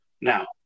Now